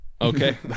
okay